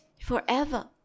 forever